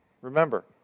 Remember